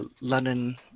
London